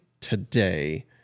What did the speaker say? today